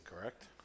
correct